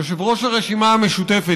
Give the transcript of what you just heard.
יושב-ראש הישיבה המשותפת,